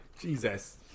Jesus